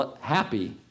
happy